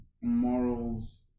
morals